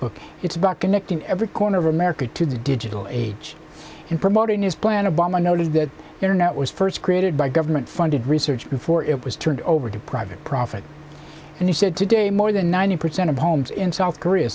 facebook it's about connecting every corner of america to the digital age and promoting his plan obama noted that the internet was first created by government funded research before it was turned over to private profit and he said today more than ninety percent of homes in south korea